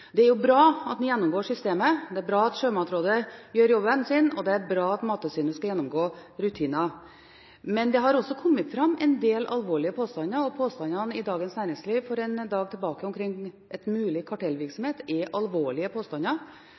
Det er bra at en gjennomgår systemet. Det er bra at Sjømatrådet gjør jobben sin, og det er bra at Mattilsynet skal gjennomgå rutiner. Men det har også kommet fram en del alvorlige påstander. Påstandene i Dagens Næringsliv for et par dager siden om mulig kartellvirksomhet er alvorlige påstander.